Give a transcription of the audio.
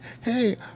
Hey